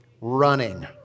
running